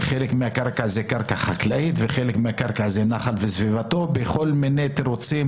חלק מהקרקע היא חקלאית וחלק מהקרקע זה נחל וסביבתו ובכל מיני תירוצים